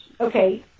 okay